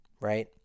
right